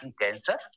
cancer